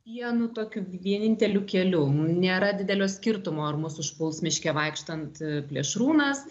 vienu tokiu vieninteliu keliu mum nėra didelio skirtumo ar mus užpuls miške vaikštant plėšrūnas